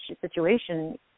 situation